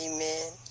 Amen